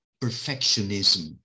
perfectionism